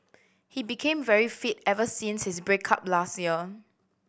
he became very fit ever since his break up last year